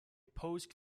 opposed